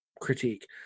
critique